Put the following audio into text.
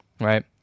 right